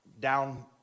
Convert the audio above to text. down